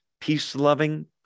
peace-loving